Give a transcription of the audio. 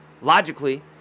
Logically